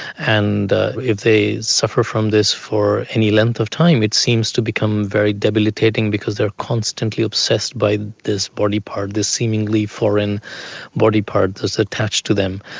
and if they suffer from this for any length of time it seems to become very debilitating because they are constantly obsessed by this body part, this seemingly foreign body part that is attached to them.